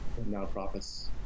nonprofits